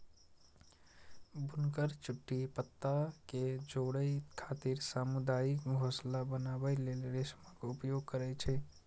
बुनकर चुट्टी पत्ता कें जोड़ै खातिर सामुदायिक घोंसला बनबै लेल रेशमक उपयोग करै छै